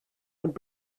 ond